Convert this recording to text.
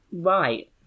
Right